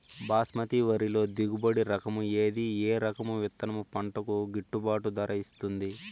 బాస్మతి వరిలో దిగుబడి రకము ఏది ఏ రకము విత్తనం పంటకు గిట్టుబాటు ధర ఇస్తుంది